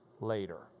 later